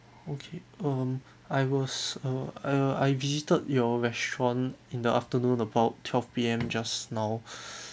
okay um I was uh uh I visited your restaurant in the afternoon about twelve P_M just now